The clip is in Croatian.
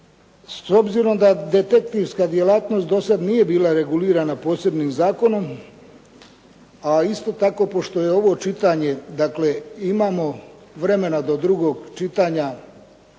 S obzirom da detektivska djelatnost do sada nije bila regulirana posebnim zakonom, a isto tako pošto je ovo čitanje, dakle imamo vremena do drugog čitanja